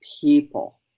people